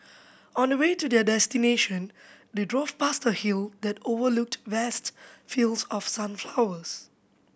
on the way to their destination they drove past a hill that overlooked vast fields of sunflowers